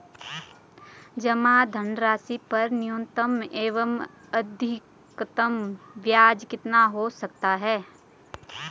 जमा धनराशि पर न्यूनतम एवं अधिकतम ब्याज कितना हो सकता है?